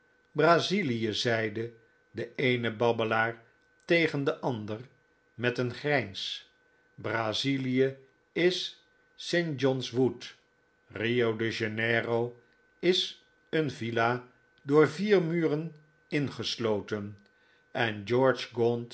brazilie zeide de eene babbelaar tegen den ander met een grijns brazilie is st john's wood rio janeiro is een villa door vier muren ingesloten en